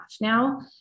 now